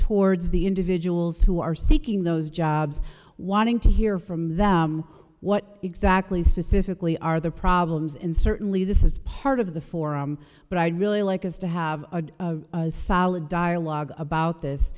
towards the individuals who are seeking those jobs wanting to hear from them what exactly specifically are the problems in certainly this is part of the forearm but i'd really like us to have a solid dialogue about this